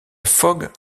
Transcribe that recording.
fogg